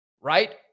right